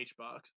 HBox